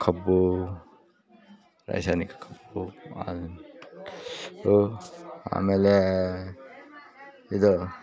ಕಬ್ಬು ರಾಸಾಯನಿಕ ಕಬ್ಬು ಆಮೇಲೆ ಇದು